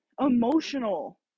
emotional